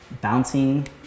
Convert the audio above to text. bouncing